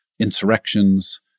insurrections